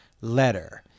letter